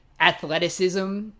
athleticism